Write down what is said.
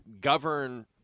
govern